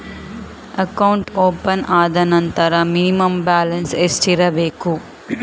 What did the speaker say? Account open ಆದ ನಂತರ minimum balance ಎಷ್ಟಿರಬೇಕು?